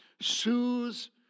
soothes